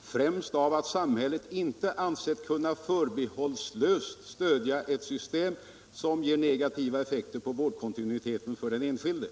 främst av att samhället inte ansett sig kunna förbehållslöst stödja ett system som ger negativa effekter på vårdkontinuiteten för den enskilde.